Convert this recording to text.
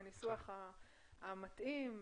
בניסוח המתאים,